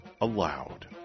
allowed